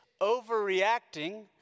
overreacting